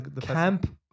Camp